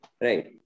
right